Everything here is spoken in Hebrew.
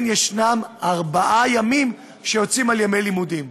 יש ארבעה ימים שיוצאים בימי לימודים.